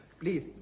Please